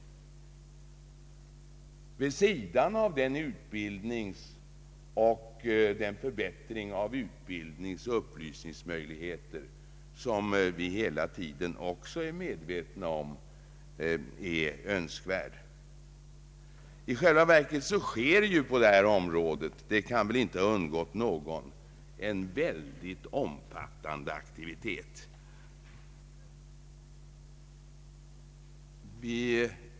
Regeringen har inte dragit sig för att vidtaga sådana åtgärder vid sidan av den förbättring av utbildningsoch upplysningsverksamheten som vi också insett behovet av. I själva verket sker inom detta område — det kan väl inte ha undgått någon — en mycket omfattande aktivitet.